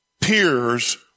peers